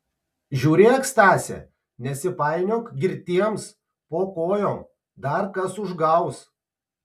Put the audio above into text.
žiūrėk stase nesipainiok girtiems po kojom dar kas užgaus